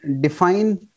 define